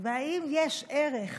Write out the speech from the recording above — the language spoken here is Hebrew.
והאם יש ערך,